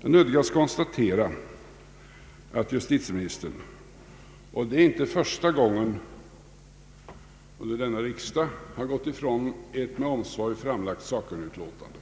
Jag nödgas konstatera att justitieministern — och det är inte första gången under denna riksdag — har gått ifrån ett med omsorg framlagt sakkunnigutlåtande.